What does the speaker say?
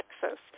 Texas